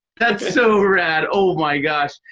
that's so rad. oh, my gosh.